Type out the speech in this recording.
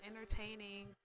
entertaining